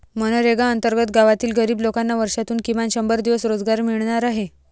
मनरेगा अंतर्गत गावातील गरीब लोकांना वर्षातून किमान शंभर दिवस रोजगार मिळणार आहे